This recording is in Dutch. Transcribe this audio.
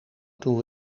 toen